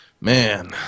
man